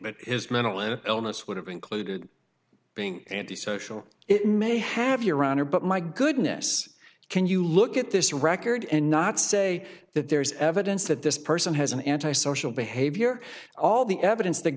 that is mental and illness would have included being antisocial it may have your honor but my goodness can you look at this record and not say that there is evidence that this person has an antisocial behavior all the evidence th